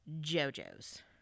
Jojo's